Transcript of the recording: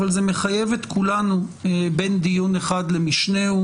אבל זה מחייב את כולנו בין דיון אחד למשנהו